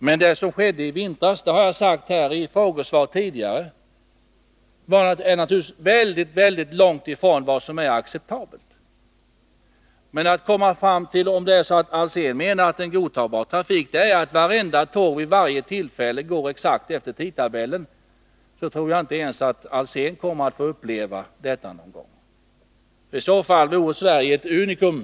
Men det som skedde i vintras — det har jag sagt i frågesvar tidigare — är naturligtvis långt ifrån vad som är acceptabelt. Men om Hans Alsén menar att en godtagbar trafik är att varenda tåg vid varje tillfälle går exakt efter tidtabellen, så tror jag att inte ens Hans Alsén kommer att få uppleva detta någon gång. I så fall vore Sverige ett unikum.